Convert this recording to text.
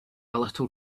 little